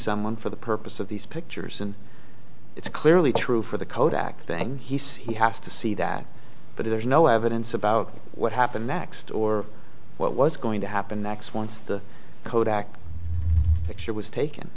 someone for the purpose of these pictures and it's clearly true for the kodak thing he has to see that but there's no evidence about what happened next or what was going to happen next once the kodak picture was taken